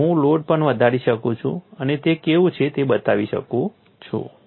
અને હું લોડ પણ વધારી શકું છું અને તે કેવું છે તે બતાવી શકું છું